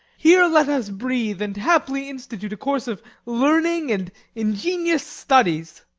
here let us breathe, and haply institute a course of learning and ingenious studies.